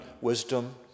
wisdom